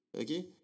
Okay